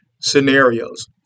scenarios